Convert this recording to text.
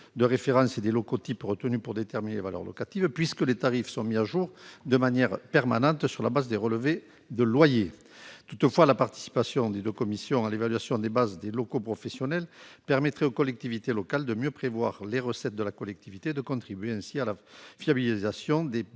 de référence et des locaux types retenus pour déterminer les valeurs locatives, puisque les tarifs sont mis à jour de manière permanente sur la base des relevés des loyers. Toutefois, la participation des CCID et CIID à l'évaluation des bases des locaux professionnels permettrait aux collectivités locales de mieux prévoir les recettes de la collectivité et contribuerait à la fiabilisation des